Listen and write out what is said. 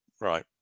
Right